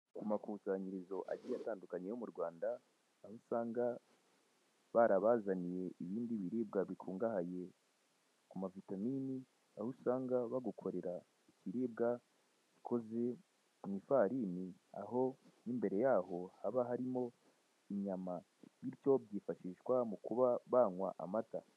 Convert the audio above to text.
Amakusanyirirzo agiye atandukanye yo mu Rwanda, aho usanga barabazaniye ibindi biribwa bikungahaye ku mavitamini, aho usanga bagukorera ibiribwa bikoze mu ifarini, aho mo imbere yaho haba harimo inyama, bityo byifashishwa mu kuba banywa amata.